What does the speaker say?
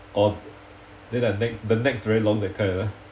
orh then the ne~ the necks very long that kind ah